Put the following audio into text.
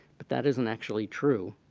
but that isn't actually true.